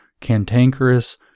cantankerous